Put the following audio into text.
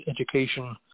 education